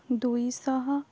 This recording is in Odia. ଦୁଇଶହ